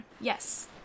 yes